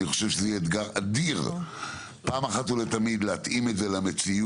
אני חשוב שזה יהיה אתגר אדיר פעם אחת ולתמיד להתאים את זה למציאות,